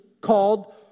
called